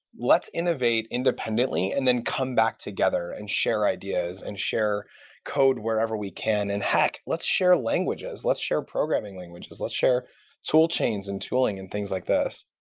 let's innovate independently and then come back together and share ideas and share code wherever we can and hack. let's share languages. let's share programming languages. let's share tool chains and tooling and things like this.